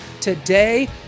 today